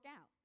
out